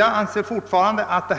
Jag anser fortfarande att